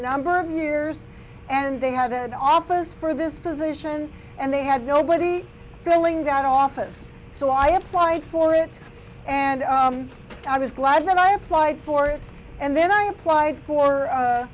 number of years and they had an office for this position and they had nobody filling that office so i applied for it and i was glad that i applied for it and then i applied for